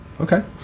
Okay